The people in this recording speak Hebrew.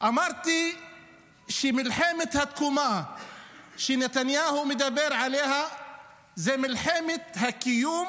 אמרתי שמלחמת התקומה שנתניהו מדבר עליה היא מלחמת הקיום